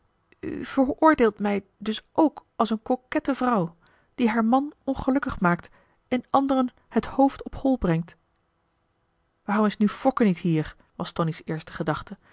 veroordeelt mij dus ook als een coquette vrouw die haar man ongelukkig maakt en anderen het hoofd op hol brengt waarom is nu fokke niet hier was tonie's eerste gedachte